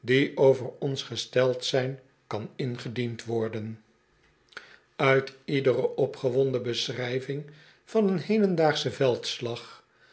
over ons gesteld zijn kan ingediend worden uit iedere opgewonden beschrijving van een hedendaagschen veldslag